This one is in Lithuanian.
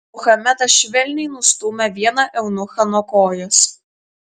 muhamedas švelniai nustūmė vieną eunuchą nuo kojos